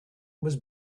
was